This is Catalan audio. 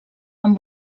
amb